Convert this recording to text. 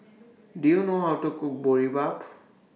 Do YOU know How to Cook Boribap